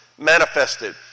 Manifested